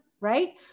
right